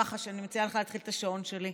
מציעה לך להתחיל את השעון שלי,